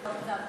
חבר הכנסת מקלב,